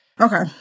Okay